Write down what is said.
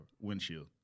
windshield